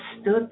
stood